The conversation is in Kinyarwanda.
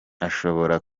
ashobora